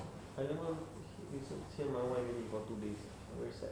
I never usik-usik my wife already for two day I very sad